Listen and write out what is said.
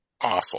awful